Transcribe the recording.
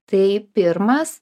tai pirmas